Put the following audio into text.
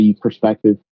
perspective